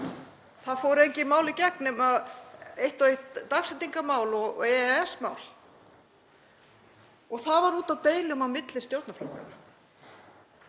Það fóru engin mál í gegn nema eitt og eitt dagsetningarmál og EES-mál og það var út af deilum á milli stjórnarflokkanna.